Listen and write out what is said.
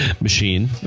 machine